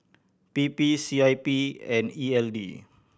P P C I P and E L D